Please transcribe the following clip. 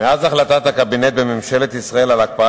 מאז החלטת הקבינט בממשלת ישראל על הקפאת